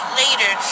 later